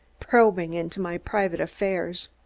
probing into my private affairs.